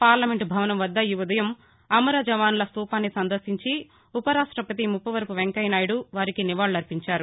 parliament భవనం వద్ద ఈ ఉదయం అమర జవానుల స్థూపాన్ని సందర్శించి ఉపరాష్ట్రపతి ముప్పవరపు వెంకయ్యనాయుడు వారికి నివాళులర్పించారు